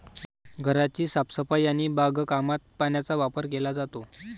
घराची साफसफाई आणि बागकामात पाण्याचा वापर केला जातो